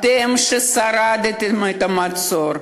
אתם ששרדתם את המצור,